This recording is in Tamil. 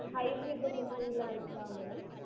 ஹைப்ரிட் இந்த மாதிரிலாம் இருக்கா மேடம்